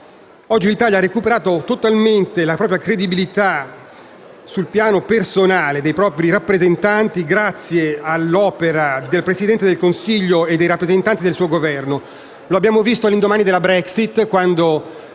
Oggi l'Italia ha recuperato totalmente la propria credibilità sul piano personale dei propri rappresentanti, grazie all'opera del Presidente del Consiglio e dei rappresentanti del suo Governo. Lo abbiamo visto all'indomani della